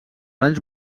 anys